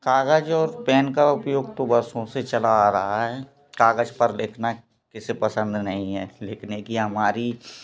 कागज और पेन का उपयोग तो वर्षों से चला रहा है कागज पर लिखना किसे पसंद नहीं है लिखने की हमारी